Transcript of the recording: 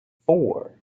four